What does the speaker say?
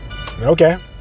Okay